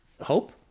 hope